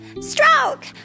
Stroke